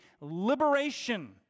liberation